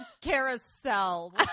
carousel